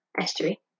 Estuary